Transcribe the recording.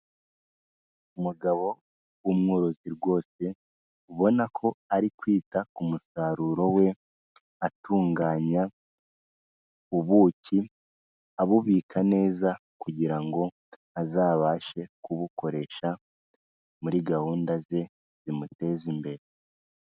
Umugabo w'umworozi rwose, ubona ko ari kwita ku musaruro we, atunganya ubuki, abubika neza kugira ngo azabashe kubukoresha muri gahunda ze zimuteza imbere.